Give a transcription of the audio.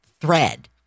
thread